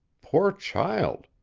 poor child!